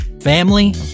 family